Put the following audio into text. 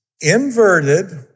inverted